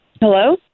Hello